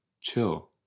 chill